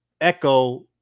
echo